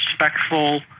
respectful